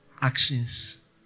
actions